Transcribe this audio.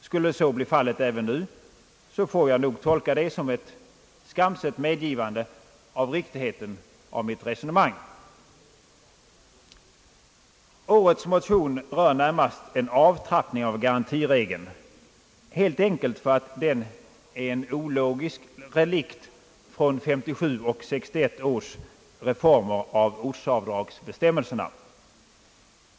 Skulle så bli fallet även nu kommer jag att tolka detta som ett skamset medgivande av riktigheten i mitt resonemang. Årets motion rör närmast en avtrappning av garantiregeln, helt enkelt därför att den är en ologisk relikt från 1957 och 1961 års reformer av ortsavdragsbestämmelserna.